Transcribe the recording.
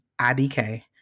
idk